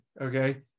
okay